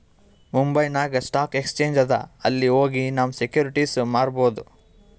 ಮುಂಬೈನಾಗ್ stock exchange ಅದಾ ಅಲ್ಲಿ ಹೋಗಿ ನಮ್ ಸೆಕ್ಯೂರಿಟಿಸ್ ಮಾರ್ಬೊದ್